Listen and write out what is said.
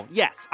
yes